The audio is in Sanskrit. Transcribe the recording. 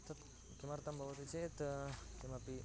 तत् किमर्थं भवति चेत् किमपि